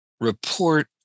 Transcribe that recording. report